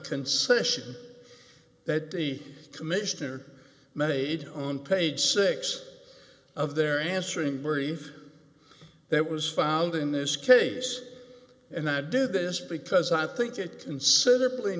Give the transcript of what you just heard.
concession that the commissioner made on page six of their answering brief that was filed in this case and i do this because i think it considerably